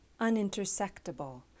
unintersectable